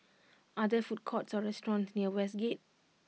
are there food courts or restaurants near Westgate